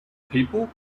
people